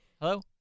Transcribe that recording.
Hello